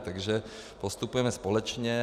Takže postupujeme společně.